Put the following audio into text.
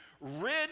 rid